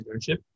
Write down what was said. internship